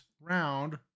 round